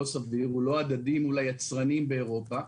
סביר והוא לא הדדי מול היצרנים באירופה,